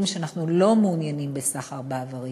שאנחנו לא מעוניינים בסחר באיברים.